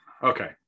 Okay